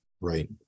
right